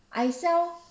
I sell